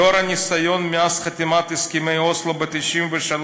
לאור הניסיון, מאז חתימת הסכמי אוסלו ב-1993,